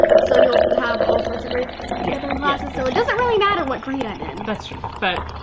so you will have all sorts of grades together in classes. so it doesn't really matter what grade i am in. mom that's true but.